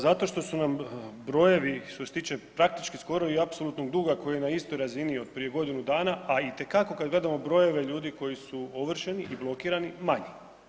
Zato što su nam brojevi što se tiče praktički skorog i apsolutnog duga koji je na istoj razini od prije godinu dana a itekako kad gledamo brojeve ljudi koji su ovršeni i blokirani, manji.